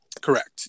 Correct